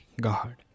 god